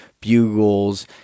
bugles